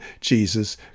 Jesus